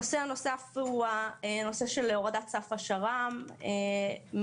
הנושא הנוסף הוא נושא של הורדת סף השר"ם מ-60